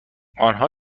آنها